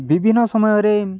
ବିଭିନ୍ନ ସମୟରେ